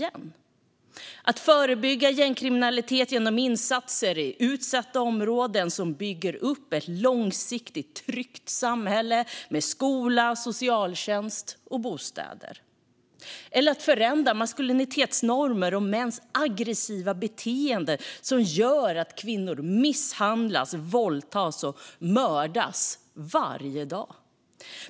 Det handlar om att förebygga gängkriminalitet genom insatser i utsatta områden som bygger upp ett långsiktigt tryggt samhälle med skola, socialtjänst och bostäder eller om att förändra maskulinitetsnormer och mäns aggressiva beteenden som gör att kvinnor misshandlas, våldtas och mördas varje dag.